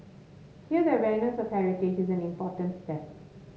here the awareness of heritage is an important step